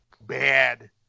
bad